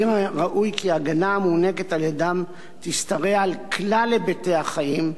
מן הראוי כי ההגנה המוענקת על-ידיהם תשתרע על כלל היבטי החיים,